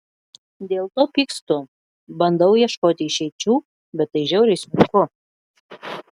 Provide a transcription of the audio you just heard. dėl to pykstu bandau ieškoti išeičių bet tai žiauriai sunku